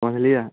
पढ़लियै